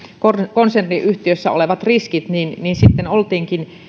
konserniyhtiössä olevat riskit niin niin oltiinkin